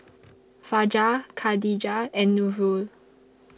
Fajar Khadija and Nurul